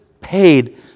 paid